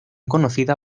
conocida